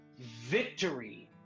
victory